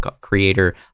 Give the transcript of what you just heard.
creator